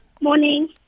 Morning